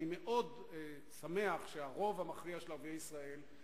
אני שמח שהרוב המכריע של ערביי ישראל,